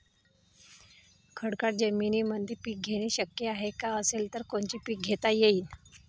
खडकाळ जमीनीमंदी पिके घेणे शक्य हाये का? असेल तर कोनचे पीक घेता येईन?